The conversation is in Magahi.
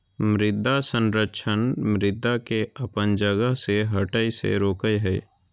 मृदा संरक्षण मृदा के अपन जगह से हठय से रोकय हइ